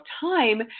time